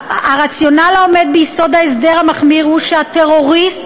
הרציונל העומד ביסוד ההסדר המחמיר הוא שהטרוריסט,